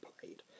played